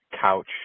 couch